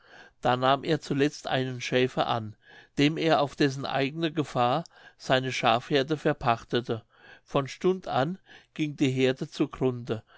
da nahm er zuletzt einen schäfer an dem er auf dessen eigene gefahr seine schafheerde verpachtete von stund an ging die heerde